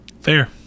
fair